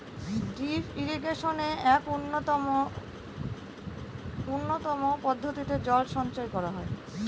drip ইরিগেশনে এক উন্নতম পদ্ধতিতে জল সঞ্চয় করা হয়